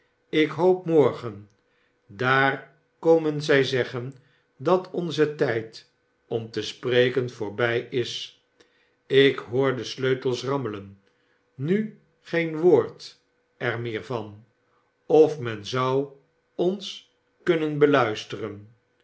ik hoop morgen daar komen zij zeggen dat onze tijd om te spreken voorbij is ik hoor de sleutels rammelen nu geen woor j er meer van of men zou ons kunnen beluisteren